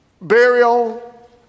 burial